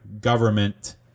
government